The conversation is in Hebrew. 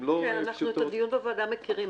את הדיון בוועדה אנחנו מכירים.